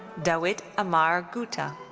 dawit amare guta.